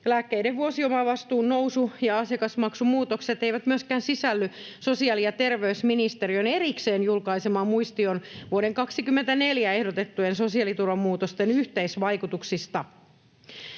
Lääkkeiden vuosiomavastuun nousu ja asiakasmaksumuutokset eivät myöskään sisälly sosiaali- ja terveysministeriön erikseen julkaisemaan muistioon vuoden 24 ehdotettujen sosiaaliturvamuutosten yhteisvaikutuksista.